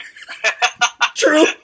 True